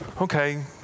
okay